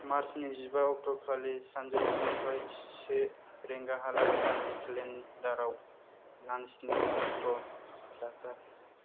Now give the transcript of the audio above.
मार्चनि जिबा अक्ट'खालि सानजौफुनिफ्राय से रिंगाहालागै आंनि केलेन्डाराव लान्सनि अक्ट' दाजाब